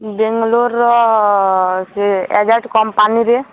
ବେଙ୍ଗଲୋର୍ ର ସେ ଏଜାଟ୍ କମ୍ପାନୀରେ